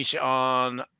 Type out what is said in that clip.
on